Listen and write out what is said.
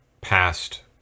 past